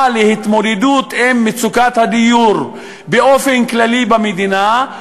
להתמודדות עם מצוקת הדיור באופן כללי במדינה,